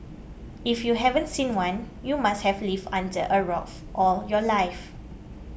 if you haven't seen one you must have lived under a rock all your life